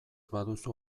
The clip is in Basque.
baduzu